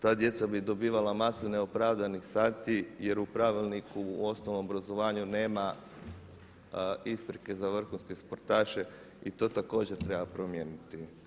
ta djeca bi dobivala masu neopravdanih sati jer u Pravilniku u osnovnom obrazovanju nema isprike za vrhunske sportaše i to također treba promijeniti.